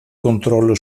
controllo